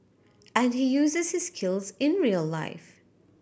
and he uses his skills in real life